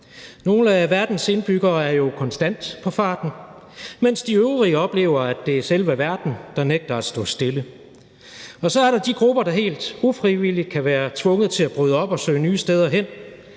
Nogle af verdens indbyggere er jo konstant på farten, mens de øvrige oplever, at det er selve verden, der nægter at stå stille, og så er der de grupper, der helt ufrivilligt kan være tvunget til at bryde op og søge nye steder hen,